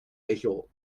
echo